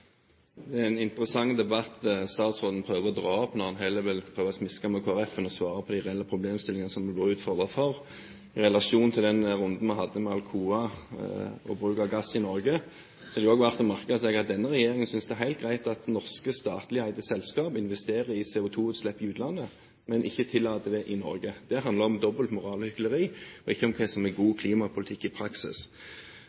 Det er en interessant debatt statsråden prøver å dra opp når han heller vil smiske med Kristelig Folkeparti enn å svare på de reelle problemstillingene som han blir utfordret på. I relasjon til den runden vi hadde med Alcoa og bruk av gass i Norge, er det også verdt å merke seg at denne regjeringen synes det er helt greit at norske statligeide selskap investerer i CO2-utslipp i utlandet, men tillater det ikke i Norge. Det handler om dobbeltmoral og hykleri og ikke om hva som er god